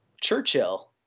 Churchill